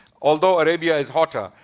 although arabia is hotter.